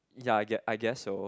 ya I gue~ I guess so